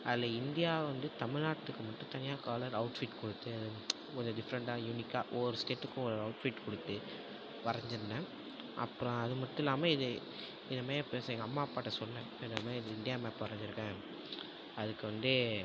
அதில் இந்தியா வந்து தமிழ்நாட்டுக்கு மட்டும் தனியாக கலர் அவுட்ஃபிட் கொடுத்து அது கொஞ்சம் டிஃப்ரண்டாக யூனிக்காக ஒவ்வொரு ஸ்டேட்டுக்கும் ஒரு ஒரு அவுட்ஃபிட் கொடுத்து வரைஞ்சிருந்தேன் அப்புறோம் அது மட்டும் இல்லாமல் இது இதை மாதிரி எங்கள் அம்மா அப்பாகிட்ட சொன்னேன் இந்த மாரி இந்தியா மேப் வரைஞ்சிருக்கேன் அதுக்கு வந்து